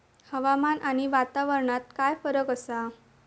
हवामान आणि वातावरणात काय फरक असा?